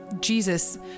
Jesus